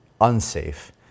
unsafe-